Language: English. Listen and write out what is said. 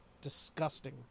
disgusting